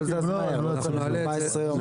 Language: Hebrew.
30 יום.